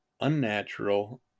unnatural